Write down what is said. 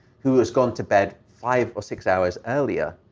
who has gone to bed five or six hours earlier,